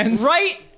right